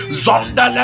zonda